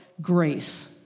grace